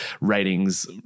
ratings